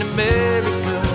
America